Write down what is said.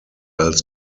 als